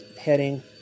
heading